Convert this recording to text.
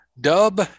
Dub